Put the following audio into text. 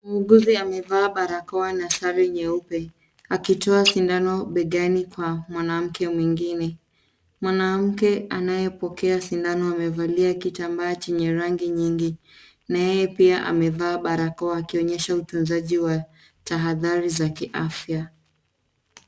Muuguzi amevaa barakoa na sare nyeupe akitoa sindano begani kwa mwanamke mwingine. mwanamke anayepokea sindano amevaa kitambaa chenye rangi nyingi, naye pia amevaa barakoa akionyesha utunzaji wa tahadhari za kiafya.